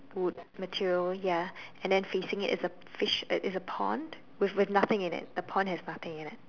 wood material ya and then facing it's a fish it's a a pond with nothing in it the pond has nothing in it